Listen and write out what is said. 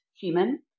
human